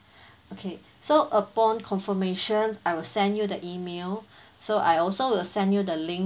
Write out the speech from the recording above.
okay so upon confirmation I will send you the email so I also will send you the link